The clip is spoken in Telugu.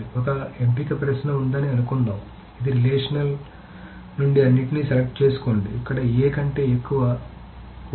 ఒక ఎంపిక ప్రశ్న ఉందని అనుకుందాం ఇది రిలేషన్ నుండి అన్నింటినీ సెలెక్ట్ చేసుకోండి ఇక్కడ A కంటే ఎక్కువ 4